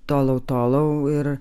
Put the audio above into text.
tolau tolau ir